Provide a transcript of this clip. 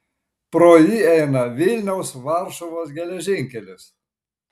pro jį eina vilniaus varšuvos geležinkelis